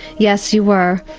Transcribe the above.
yes, you were,